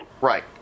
Right